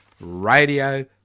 Radio